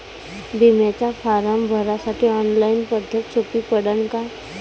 बिम्याचा फारम भरासाठी ऑनलाईन पद्धत सोपी पडन का?